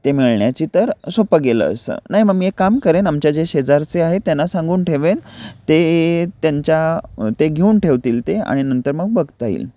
ते मिळण्याची तर सोपं गेलं असंत नाही मग मी एक काम करेन आमच्या जे शेजारचे आहेत त्यांना सांगून ठेवेन ते त्यांच्या ते घेऊन ठेवतील ते आणि नंतर मग बघता येईल